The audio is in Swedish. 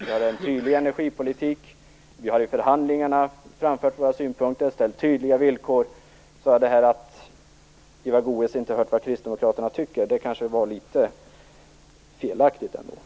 Vi har en tydlig energipolitik, vi har i förhandlingarna framfört våra synpunkter, ställt tydliga villkor. Att Eva Goës inte har hört vad kristdemokraterna tycker kanske var litet felaktigt ändå.